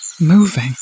moving